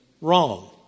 Wrong